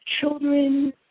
children